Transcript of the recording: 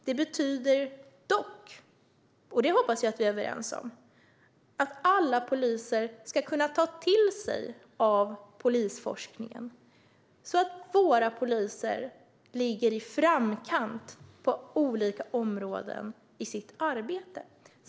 Det betyder dock - och det hoppas jag att vi är överens om - att alla poliser ska kunna ta till sig polisforskningen, så att våra poliser ska ligga i framkant på olika områden i sitt arbete.